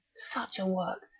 such a work.